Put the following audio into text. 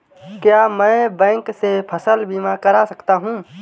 क्या मैं बैंक से फसल बीमा करा सकता हूँ?